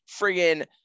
friggin